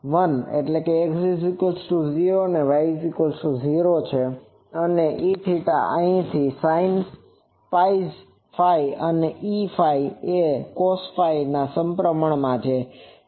અને Eθ અહીં sinΠφ અને Eφ એ cosφના સમપ્રમાણમાં છે